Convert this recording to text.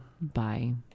Bye